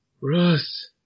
Russ